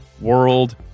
World